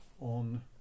on